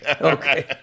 Okay